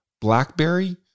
BlackBerry